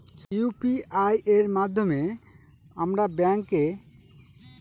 UPI এর মাধ্যমে আমরা ব্যাঙ্ক একাউন্টে সরাসরি টাকা পাঠাতে পারবো?